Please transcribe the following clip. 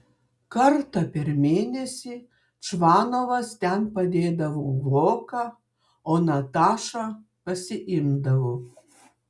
kartą per mėnesį čvanovas ten padėdavo voką o natašą pasiimdavo